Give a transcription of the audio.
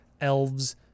elves